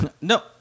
no